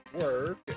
work